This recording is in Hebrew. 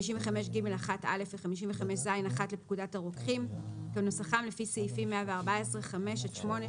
55ג1(א) ו־55ז1 לפקודת הרוקחים כנוסחם לפי סעיף 114(5) עד (8),